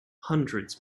hundreds